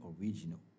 original